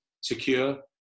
secure